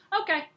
okay